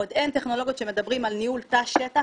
עוד אין טכנולוגיות שמדברות על ניהול תא שטח